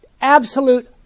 absolute